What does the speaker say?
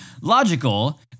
logical